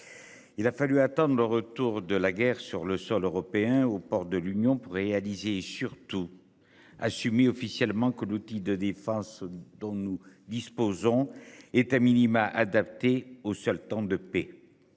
Il a fallu attendre le retour de la guerre sur le sol européen aux portes de l'Union pour réaliser surtout. Assumer officiellement que l'outil de défense dont nous disposons est a minima, adaptés aux seul temps de paix.